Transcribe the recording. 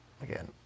again